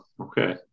okay